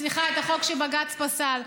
שבג"ץ פסל.